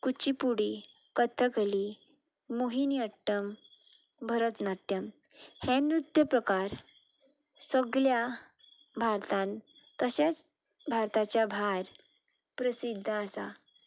कुच्ची पुडी कथकली मोहीनी अट्टम भरतनाट्यम हें नृत्य प्रकार सगळ्या भारतांत तशेंच भारताच्या भायर प्रसिध्द आसा